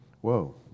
Whoa